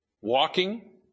Walking